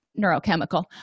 neurochemical